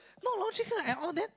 no logical at all then